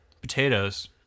potatoes